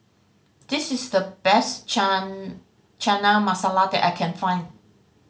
this is the best Chana Masala that I can find